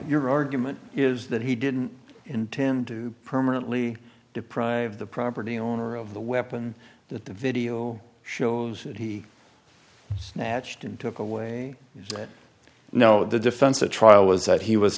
your argument is that he didn't intend to permanently deprive the property owner of the weapon that the video shows that he matched and took away you know the defense at trial was that he was